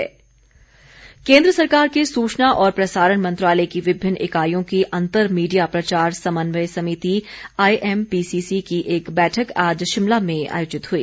IMPCC केन्द्र सरकार के सूचना और प्रसारण मंत्रालय की विभिन्न इकाईयों की अंतर मीडिया प्रचार समन्वय समिति आईएमपीसीसी की एक बैठक आज शिमला में आयोजित हुई